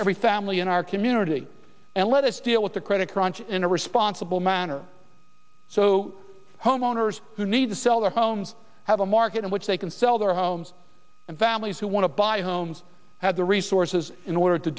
every family in our community and let us deal with the credit crunch in a responsible manner so homeowners who need to sell their homes have a market in which they can sell their homes and families who want to buy homes have the resources in order to